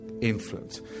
influence